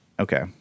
Okay